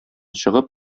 чыгып